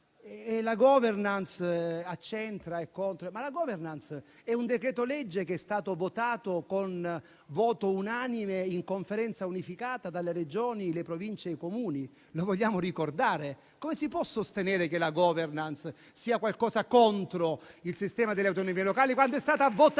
*governance* è un decreto-legge che è stato approvato con voto unanime in Conferenza unificata dalle Regioni, dalle Province e dai Comuni. Lo vogliamo ricordare? Come si può sostenere che la *governance* vada in qualche modo contro il sistema delle autorità locali, quando è stata votata